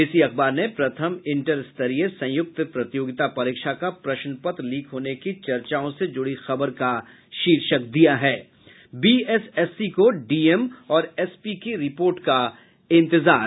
इसी अखबार ने प्रथम इंटर स्तरीय संयुक्त प्रतियोगिता परीक्ष का प्रश्नपत्र लीक होने की चर्चाओं से जुड़ी खबर का शीर्षक दिया है बीएसएससी को डीएम और एसपी की रिपोर्ट का इंतजार